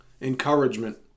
encouragement